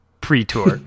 pre-tour